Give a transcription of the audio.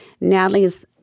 Natalie's